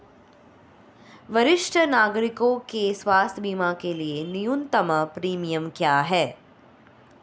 वरिष्ठ नागरिकों के स्वास्थ्य बीमा के लिए न्यूनतम प्रीमियम क्या है?